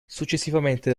successivamente